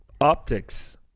optics